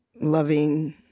loving